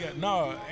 No